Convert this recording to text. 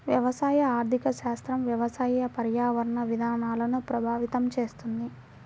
వ్యవసాయ ఆర్థిక శాస్త్రం వ్యవసాయ, పర్యావరణ విధానాలను ప్రభావితం చేస్తుంది